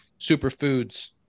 superfoods